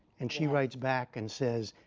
and she writes back and says,